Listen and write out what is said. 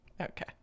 Okay